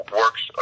works